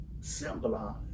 symbolize